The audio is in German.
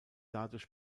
dadurch